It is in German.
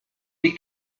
die